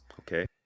Okay